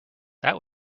that